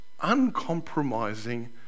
uncompromising